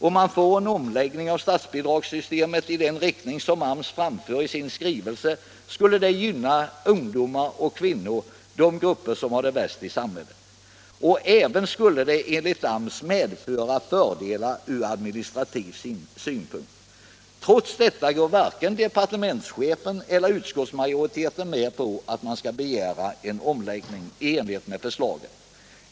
Om man får en omläggning av statsbidragssystemet i den riktning som AMS föreslår i sin skrivelse, skulle det gynna ungdomar och kvinnor, dvs. de grupper som har det svårast i samhället. Det skulle enligt AMS även medföra fördelar från administrativ synpunkt. Trots detta går varken departementschefen eller ut skottsmajoriteten med på att man skall begära en omläggning i enlighet med förslaget.